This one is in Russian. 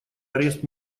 арест